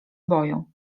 boją